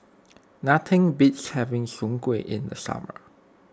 nothing beats having Soon Kuih in the summer